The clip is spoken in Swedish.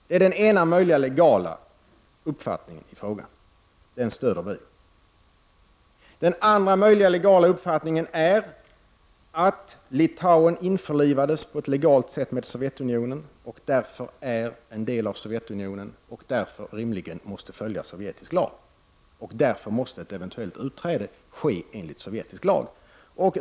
Det är den ena möjliga legala uppfattningen i frågan, och den stöder vi i miljöpartiet. Den andra möjliga legala uppfattningen är att Litauen införlivades på ett legalt sätt med Sovjetunionen och därför är en del av Sovjetunionen och rimligen måste följa sovjetisk lag. Då måste ett eventuellt utträde ske enligt sovjetisk lag.